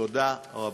תודה רבה.